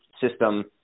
system